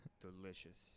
delicious